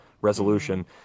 resolution